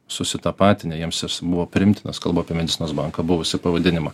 susitapatinę jiems asmuo priimtinas kalba apie medicinos banką buvusį pavadinimą